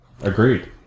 agreed